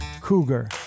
cougar